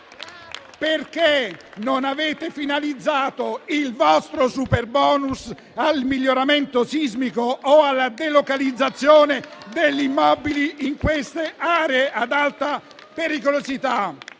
Perché non avete finalizzato il vostro superbonus al miglioramento sismico o alla delocalizzazione degli immobili in queste aree ad alta pericolosità?